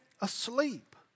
asleep